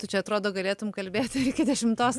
tu čia atrodo galėtum kalbėt ir iki dešimtos